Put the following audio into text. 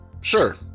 Sure